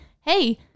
hey